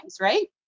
right